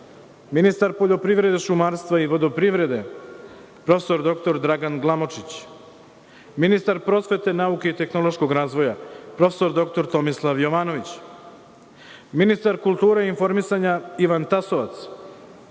ministar poljoprivrede, šumarstva i vodoprivrede prof. dr Dragan Glamočić, ministar prosvete, nauke i tehnološkog razvoja prof. dr Tomislav Jovanović, ministar kulture i informisanja Ivan Tasovac,